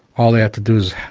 all they have to do is,